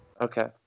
Okay